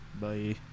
bye